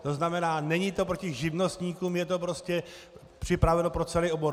To znamená, není to proti živnostníkům, je to prostě připraveno pro celý obor.